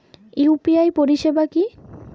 UPI পরিসেবা কি?